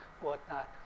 whatnot